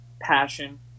passion